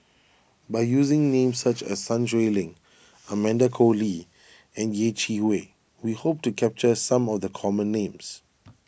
by using names such as Sun Xueling Amanda Koe Lee and Yeh Chi Wei we hope to capture some of the common names